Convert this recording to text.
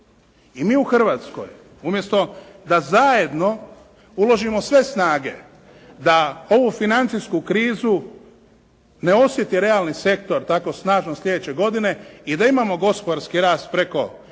I mi u Hrvatskoj umjesto da zajedno uložimo sve snage da ovu financijsku krizu ne osjeti realni sektor tako snažno sljedeće godine i da imamo gospodarski rast preko